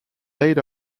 laid